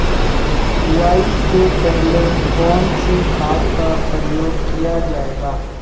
बुआई से पहले कौन से खाद का प्रयोग किया जायेगा?